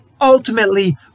Ultimately